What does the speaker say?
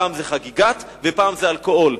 פעם זה "חגיגת" ופעם זה אלכוהול.